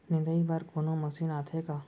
निंदाई बर कोनो मशीन आथे का?